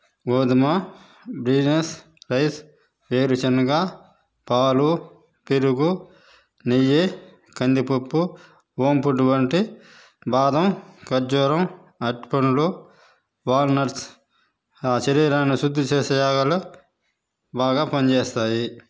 గోధుమ brown rice వేరుశనగ పాలు పెరుగు నెయ్యి కందిపప్పు హోమ్ ఫుడ్ వంటి బాదం కర్జూరం అరటి పండ్లు వాల్నట్స్ శరీరాన్ని శుద్ధి చేసే యోగాలో బాగా పనిచేస్తాయి